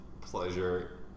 pleasure